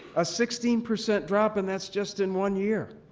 a sixteen percent drop and that's just in one year.